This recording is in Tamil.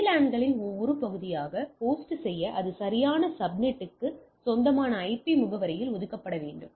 VLAN களின் ஒரு பகுதியாக ஹோஸ்ட் செய்ய அது சரியான சப்நெட்டுக்கு சொந்தமான ஐபி முகவரியில் ஒதுக்கப்பட வேண்டும்